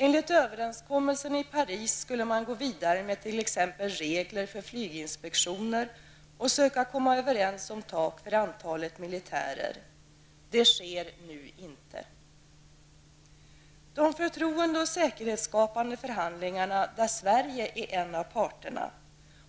Enligt överenskommelsen i Paris skulle man gå vidare med t.ex. regler för flyginspektioner och söka komma överens om tak för antalet militärer. Det sker nu inte. De förtroende och säkerhetsskapande förhandlingarna, där Sverige är en av parterna,